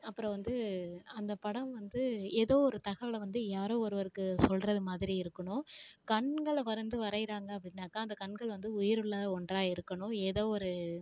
அப்புறம் வந்து அந்த படம் வந்து ஏதோ ஒரு தகவலை வந்து யாரோ ஒருவருக்கு சொல்கிறது மாதிரி இருக்கணும் கண்களை வந்து வரைகிறாங்க அப்படின்னாக்கா அந்த கண்கள் வந்து உயிருள்ளே ஒன்றாக இருக்கணும் ஏதோ ஒரு